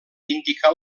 indicar